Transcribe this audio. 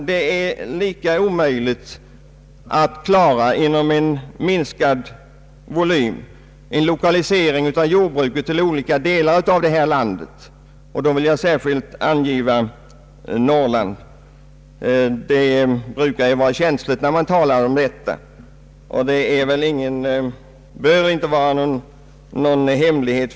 Det är lika omöjligt att klara en lokalisering av jordbruket till olika delar av detta land inom ramen för en totalt sett minskad produktionsvolym. I det sammanhanget vill jag särskilt nämna Norrland, som ju brukar vara en känslig landsända att nämna i detta sammanhang.